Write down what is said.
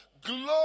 glory